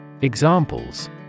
Examples